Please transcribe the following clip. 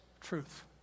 truth